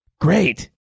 Great